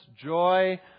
joy